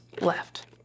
left